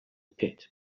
pit